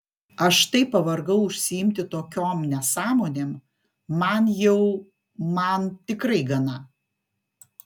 aš taip pavargau užsiimti tokiom nesąmonėm man jau man tikrai gana